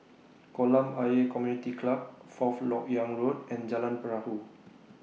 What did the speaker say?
Kolam Ayer Community Club Fourth Lok Yang Road and Jalan Perahu